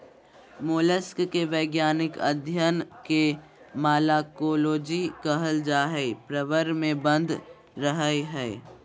mollusc के वैज्ञानिक अध्यन के मालाकोलोजी कहल जा हई, प्रवर में बंद रहअ हई